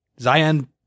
Zion